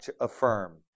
affirm